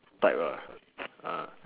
type